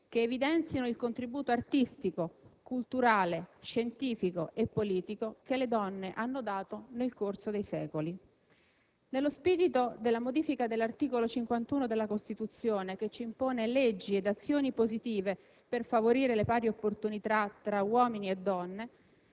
che evidenzino il contributo artistico, culturale, scientifico e politico che le donne hanno dato nel corso dei secoli. Nello spirito della modifica dell'articolo 51 della Costituzione, che ci impone leggi ed azioni positive per favorire le pari opportunità tra uomini e donne,